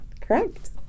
Correct